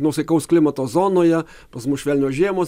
nuosaikaus klimato zonoje pas mus švelnios žiemos